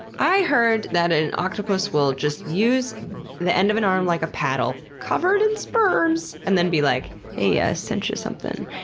i heard that an octopus will just use the end of an arm, like a paddle covered in sperms and then be like, hey, i sent you something,